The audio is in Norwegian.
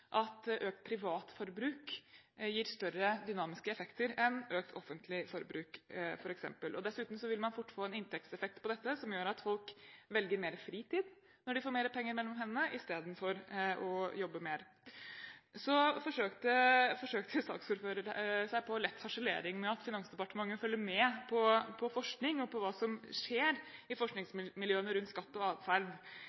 at økt privat forbruk gir større dynamiske effekter enn økt offentlig forbruk, f.eks. Dessuten vil man fort få en inntektseffekt av dette som gjør at folk velger mer fritid når de får mer penger mellom hendene, istedenfor å jobbe mer. Så forsøkte saksordføreren seg på lett harselering med at Finansdepartementet følger med på forskning, og på hva som skjer i